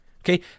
Okay